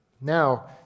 Now